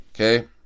Okay